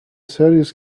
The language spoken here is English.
serious